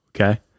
Okay